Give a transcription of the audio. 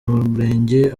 murenge